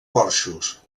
porxos